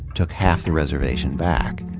took half the reservation back,